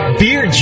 beer